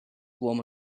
warmth